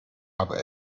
aber